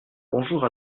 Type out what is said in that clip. bonjour